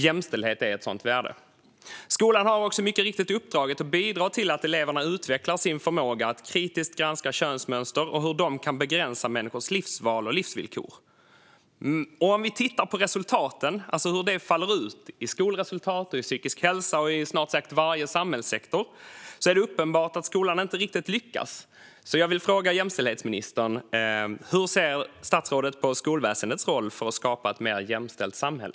Jämställdhet är ett sådant värde. Skolan har också mycket riktigt uppdraget att bidra till att eleverna utvecklar sin förmåga att kritiskt granska könsmönster och hur dessa kan begränsa människors livsval och livsvillkor. Om vi tittar på resultaten - alltså hur detta faller ut i skolresultat, i psykisk hälsa och i snart sagt varje samhällssektor - är det uppenbart att skolan inte riktigt lyckas. Jag vill därför fråga jämställdhetsministern: Hur ser statsrådet på skolväsendets roll för att skapa ett mer jämställt samhälle?